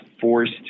forced